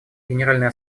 генеральная